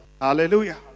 Hallelujah